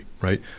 right